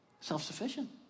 Self-sufficient